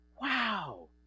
Wow